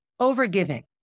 Overgiving